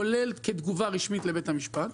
כולל בתגובה רשמית לבית המשפט.